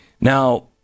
Now